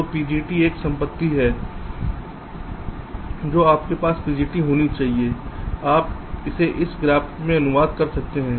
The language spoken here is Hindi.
तो PTG एक संपत्ति है जो आपके पास PTG होनी चाहिए आप इसे इस ग्राफ में अनुवाद कर सकते हैं